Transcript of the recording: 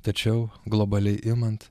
tačiau globaliai imant